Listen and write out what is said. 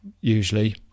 usually